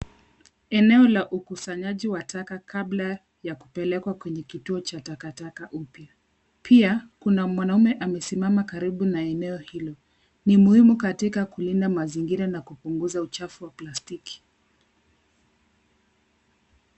Eneo la ukusanyaji wa taka kabla ya kupelekwa kwenye kituo cha takataka upya. Pia kuna mwanaume amesimama karibu na eneo hilo. Ni muhimu katika kulinda mazingira na kupunguza uchafu wa plastiki.